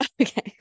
okay